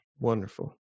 Wonderful